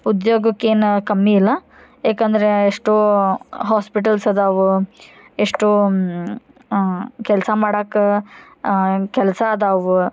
ಉದ್ಯೋಗಕ್ಕೇನು ಕಮ್ಮಿ ಇಲ್ಲ ಏಕಂದರೆ ಎಷ್ಟೊ ಹಾಸ್ಪಿಟಲ್ಸ್ ಅದಾವು ಎಷ್ಟೊ ಕೆಲಸ ಮಾಡಾಕ್ಕೆ ಕೆಲಸ ಅದಾವು